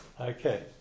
Okay